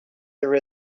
there